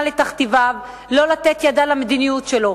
לתכתיביו ולא לתת את ידה למדיניות שלו.